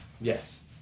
Yes